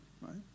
right